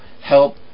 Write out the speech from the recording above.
help